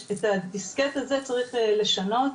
את הדיסקט הזה צריך לשנות,